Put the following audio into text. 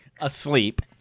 asleep